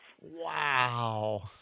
Wow